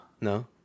no